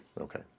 Okay